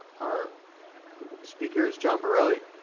our speaker is john borelli,